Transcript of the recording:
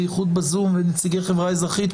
בייחוד בזום ונציגי חברה אזרחית.